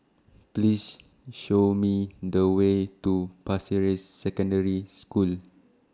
Please Show Me The Way to Pasir Ris Secondary School